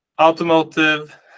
automotive